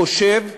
חושב,